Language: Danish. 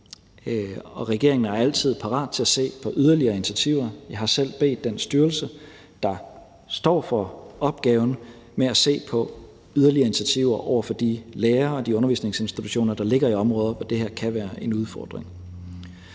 regeringen er altid parat til at se på yderligere initiativer. Jeg har selv bedt den styrelse, der står for opgaven, om at se på yderligere initiativer for de lærere og undervisningsinstitutioner, der ligger i områder, hvor det her kan være en udfordring.